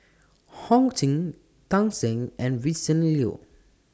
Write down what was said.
Ho Ching Tan Shen and Vincent Leow